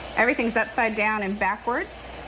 everything's upside down and backwards.